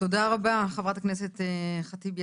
תודה רבה, חברת הכנסת ח'טיב יאסין.